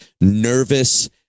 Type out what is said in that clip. nervous